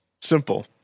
Simple